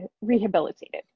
rehabilitated